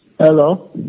Hello